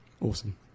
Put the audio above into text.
Awesome